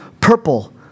purple